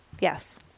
Yes